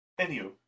Anywho